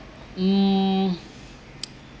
um